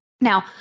Now